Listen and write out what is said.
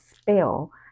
spell